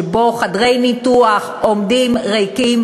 שחדרי ניתוח עומדים ריקים,